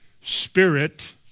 spirit